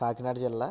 కాకినాడ జిల్లా